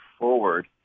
forward